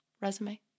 Resume